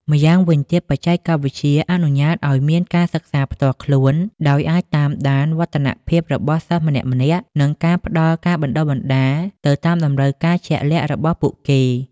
ម្យ៉ាងវិញទៀត បច្ចេកវិទ្យាអនុញ្ញាតឱ្យមាន ការសិក្សាផ្ទាល់ខ្លួន ដោយអាចតាមដានវឌ្ឍនភាពរបស់សិស្សម្នាក់ៗ និងផ្តល់ការបណ្តុះបណ្តាលទៅតាមតម្រូវការជាក់លាក់របស់ពួកគេ។